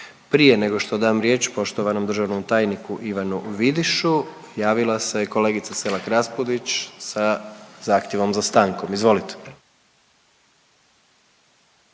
Prije nego što dam riječ poštovanom državnom tajniku Ivanu Vidišu, javila se kolegica Selak Raspudić sa zahtjevom za stankom. Izvolite.